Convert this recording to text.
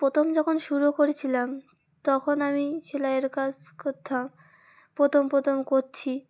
প্রথম যখন শুরু করেছিলাম তখন আমি সেলাইয়ের কাজ করতাম প্রথম প্রথম করছি